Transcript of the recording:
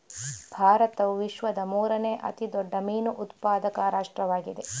ಭಾರತವು ವಿಶ್ವದ ಮೂರನೇ ಅತಿ ದೊಡ್ಡ ಮೀನು ಉತ್ಪಾದಕ ರಾಷ್ಟ್ರವಾಗಿದೆ